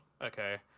Okay